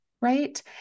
Right